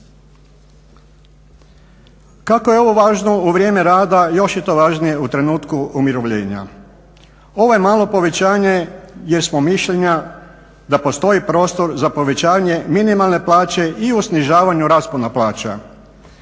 Kako je ovo važno u vrijeme rada, još je to važnije u trenutku umirovljenja. Ovo je malo povećanje jer smo mišljenja da postoji prostor za povećanje minimalne plaće i u snižavanju raspona plaća.